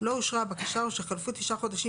לא אושרה הבקשה או שחלפו תשעה חודשים